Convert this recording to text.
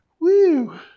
Woo